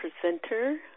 presenter